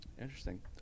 Interesting